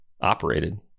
operated